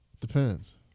Depends